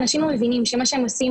אנשים לא מבינים שמה שהם עושים,